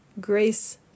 grace